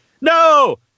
No